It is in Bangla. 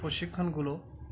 প্রশিক্ষণগুলো